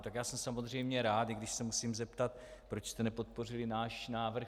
Tak já jsem samozřejmě rád, i když se musím zeptat, proč jste nepodpořili náš návrh.